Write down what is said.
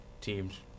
Teams